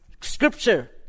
scripture